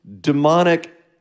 demonic